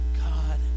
God